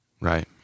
Right